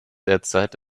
derzeit